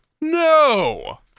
No